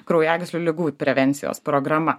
kraujagyslių ligų prevencijos programa